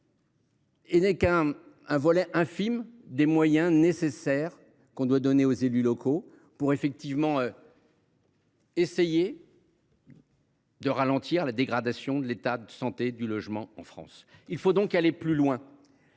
Il n’est qu’un volet infime des moyens nécessaires que l’on doit donner aux élus locaux pour essayer de ralentir effectivement la dégradation de l’état de santé du logement en France. Il faut donc aller plus loin,